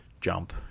jump